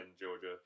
Georgia